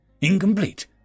Incomplete